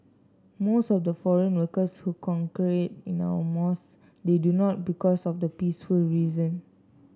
most of the foreign workers who congregate in our mosque they do not because of the peaceful reason